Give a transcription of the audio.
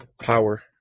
power